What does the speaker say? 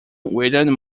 william